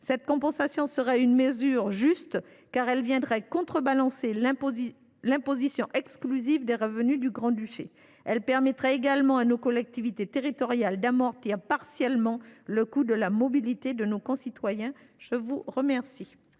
telle compensation serait une mesure juste, car elle viendrait contrebalancer l’imposition exclusive des revenus au Grand Duché et permettrait également à nos collectivités territoriales d’amortir partiellement le coût de la mobilité de nos concitoyens. » La parole